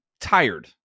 tired